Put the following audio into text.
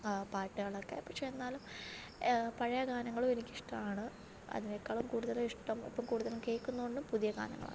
ആ പാട്ടുകളൊക്കെ പക്ഷേ എന്നാലും പഴയ ഗാനങ്ങളും എനിക്ക് ഇഷ്ടമാണ് അതിനേക്കാളും കൂടുതൽ ഇഷ്ടം ഇപ്പം കൂടുതലും കേൾക്കുന്നോണ്ടും പുതിയ ഗാനങ്ങളാണ്